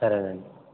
సరే అండి